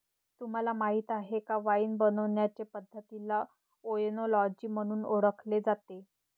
तुम्हाला माहीत आहे का वाइन बनवण्याचे पद्धतीला ओएनोलॉजी म्हणून ओळखले जाते